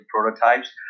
prototypes